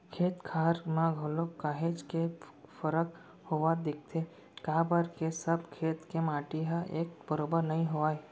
खेत खार म घलोक काहेच के फरक होवत दिखथे काबर के सब खेत के माटी ह एक बरोबर नइ होवय